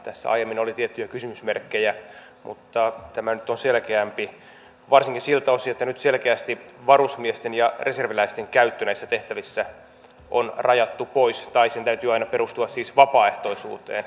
tässä aiemmin oli tiettyjä kysymysmerkkejä mutta tämä nyt on selkeämpi varsinkin siltä osin että nyt selkeästi varusmiesten ja reserviläisten käyttö näissä tehtävissä on rajattu pois tai sen täytyy aina siis perustua vapaaehtoisuuteen